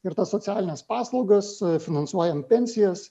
ir tas socialines paslaugas finansuojam pensijas